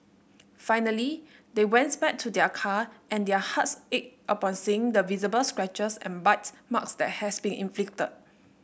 finally they went back to their car and their hearts ached upon seeing the visible scratches and bite marks that had been inflicted